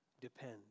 depend